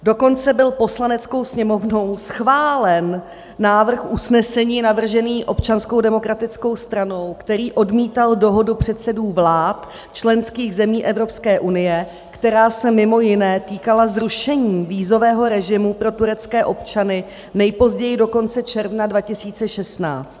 Dokonce byl Poslaneckou sněmovnou schválen návrh usnesení navržený Občanskou demokratickou stranou, který odmítal dohodu předsedů vlád členských zemí Evropské unie, která se mimo jiné týkala zrušení vízového režimu pro turecké občany nejpozději do konce června 2016.